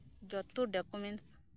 ᱡᱚᱛᱚ ᱰᱚᱠᱚᱢᱮᱱᱥ